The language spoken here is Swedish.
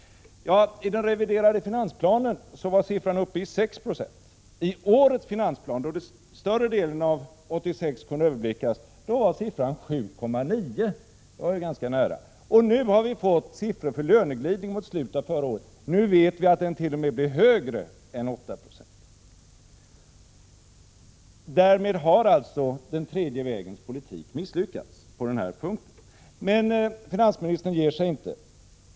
I den reviderade finansplanen var man uppe i 6 96. I årets finansplan, då större delen av 1986 kunde överblickas, var procenttalet 7,9, och det var ju ganska nära. Nu har vi fått siffror för löneglidning mot slutet av förra året, och nu vet vi att det t.o.m. blir mer än 8 96. Därmed har alltså den tredje vägens politik misslyckats på den här punkten. Men finansministern ger sig inte.